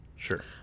Sure